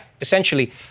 essentially